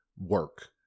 work